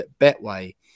betway